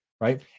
right